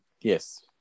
yes